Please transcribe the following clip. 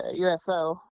ufo